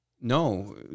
No